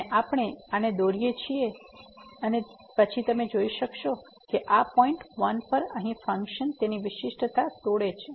અને આપણે આને દોરીએ છીએ અને પછી તમે જોઈ શકો છો કે આ પોઈન્ટ 1 પર અહીં ફંક્શન તેની વિશિષ્ટતા તોડે છે